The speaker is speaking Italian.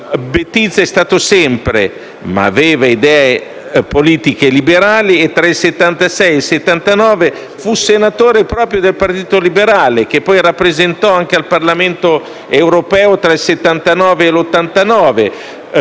Bettiza aveva idee politiche liberali, e tra il 1976 e il 1979 fu senatore del Partito Liberale, che poi rappresentò anche al Parlamento europeo tra il 1979 e il